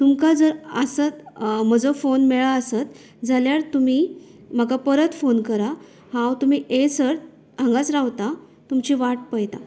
तुमकां आसत म्हजो फोन मेळ्ळां आसत जाल्यार तुमी म्हाका परत फोन करा हांव तुमी येयसर हांगाच रावता तुमची वाट पयता